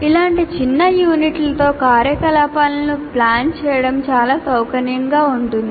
ఇలాంటి చిన్న యూనిట్లతో కార్యకలాపాలను ప్లాన్ చేయడం చాలా సౌకర్యంగా ఉంటుంది